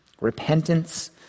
Repentance